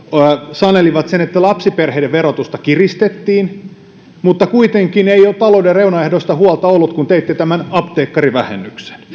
sanelivat sen että lapsiperheiden verotusta kiristettiin mutta kuitenkaan ei ole talouden reunaehdoista huolta ollut kun teitte apteekkarivähennyksen